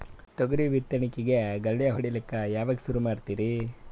ತೊಗರಿ ಬಿತ್ತಣಿಕಿಗಿ ಗಳ್ಯಾ ಹೋಡಿಲಕ್ಕ ಯಾವಾಗ ಸುರು ಮಾಡತೀರಿ?